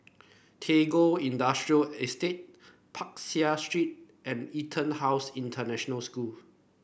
Tagore Industrial Estate Peck Seah Street and EtonHouse International School